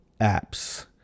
apps